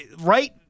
right